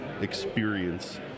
experience